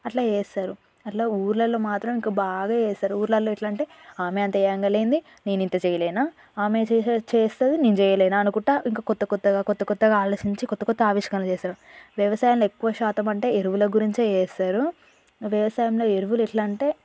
అట్ల చేస్తారు అట్ల ఊర్లలో మాత్రం ఇంక బాగా వేశారు ఊర్లలో ఎట్లంటే ఆమె అంత ఏయంగా లేంది నేనింత చేయలేనా ఆమె చేసేది చేస్తుంది నేను చేయలేనా అనుకుంటా ఇంక కొత్త కొత్తగా కొత్త కొత్తగా ఆలోచించి కొత్త కొత్త ఆవిష్కరణలు చేస్తారు వ్యవసాయంలో ఎక్కువ శాతం అంటే ఎరువుల గురించే వేస్తారు వ్యవసాయంలో ఎరువులు ఎట్లా అంటే